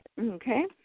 Okay